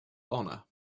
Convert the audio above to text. honor